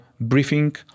briefing